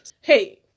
Hey